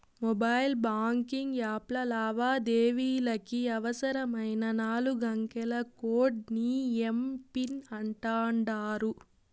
mobile banking యాప్ల లావాదేవీలకి అవసరమైన నాలుగంకెల కోడ్ ని ఎమ్.పిన్ అంటాండారు